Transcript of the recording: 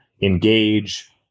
engage